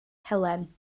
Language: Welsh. helen